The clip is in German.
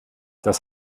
das